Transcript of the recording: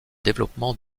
développement